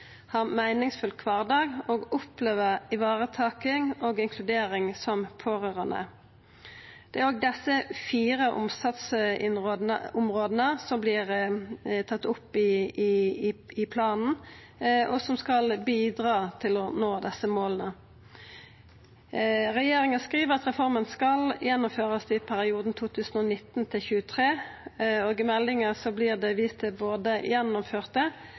ein meiningsfylt kvardag og oppleva ivaretaking og inkludering som pårørande. Det er òg desse fire innsatsområda som vert tatt opp i planen, og som skal bidra til at vi når desse måla. Regjeringa skriv at reforma skal gjennomførast i perioden 2019–2023. I meldinga vert det vist til både gjennomførte,